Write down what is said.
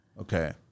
Okay